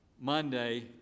Monday